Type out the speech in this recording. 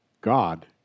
God